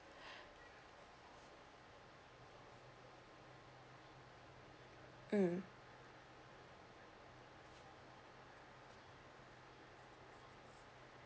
mm